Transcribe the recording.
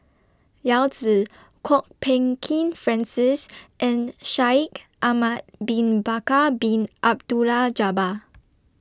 Yao Zi Kwok Peng Kin Francis and Shaikh Ahmad Bin Bakar Bin Abdullah Jabbar